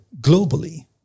globally